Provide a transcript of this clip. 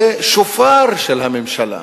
זה שופר של הממשלה.